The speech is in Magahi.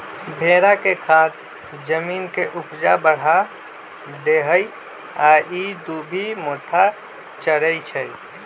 भेड़ा के खाद जमीन के ऊपजा बढ़ा देहइ आ इ दुभि मोथा चरै छइ